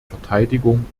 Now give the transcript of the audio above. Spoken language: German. verteidigung